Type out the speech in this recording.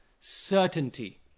Certainty